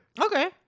Okay